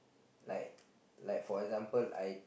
like like for example I